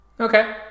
Okay